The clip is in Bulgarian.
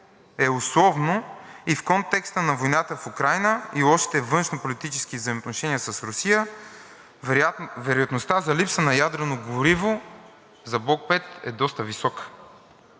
е условно. В контекста на войната в Украйна и лошите външнополитически взаимоотношения с Русия вероятността за липса на ядрено гориво за блок V е доста висока.